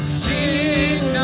sing